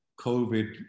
COVID